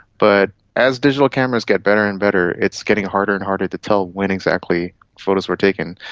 but as digital cameras get better and better, it's getting harder and harder to tell when exactly photos were taken.